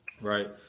right